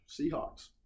Seahawks